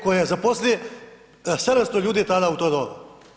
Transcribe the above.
Koji je zaposlio 700 ljudi, tada u to doba.